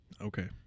Okay